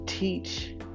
teach